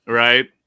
right